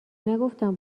نگفتم